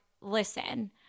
listen